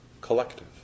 collective